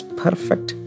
perfect